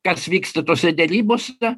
kas vyksta tose derybose